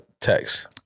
text